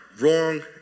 wrong